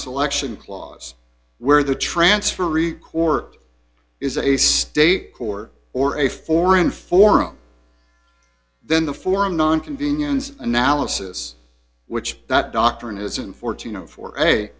selection clause where the transfer record is a state court or a foreign forum then the forum non convenience analysis which that doctrine is unfortunate for